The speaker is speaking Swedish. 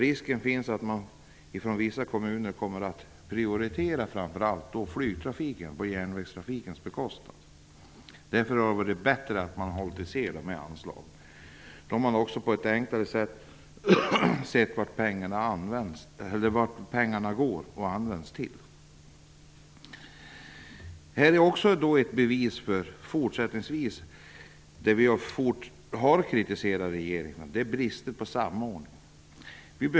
Risken finns att vissa kommuner kommer att prioritera flygtrafiken på järnvägstrafikens bekostnad. Därför hade det varit bättre om dessa anslag hade hållits isär. Då hade man också på ett enklare sätt kunnat se vad pengarna används till. Detta är också ett bevis på det som vi har kritiserat regeringen för, nämligen bristen på samordning.